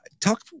talk